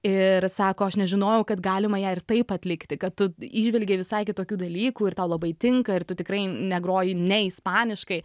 ir sako aš nežinojau kad galima ją ir taip atlikti kad tu įžvelgei visai kitokių dalykų ir tau labai tinka ir tu tikrai negroji ne ispaniškai